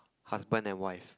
husband and wife